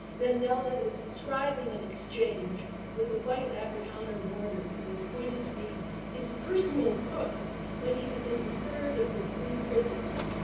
mandela is describing an exchange with a white afrikaner warder who was appointed to be his personal cook when he was in the third of the three prisons,